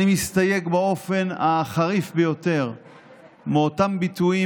אני מסתייג באופן החריף ביותר מאותם ביטויים